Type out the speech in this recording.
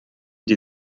die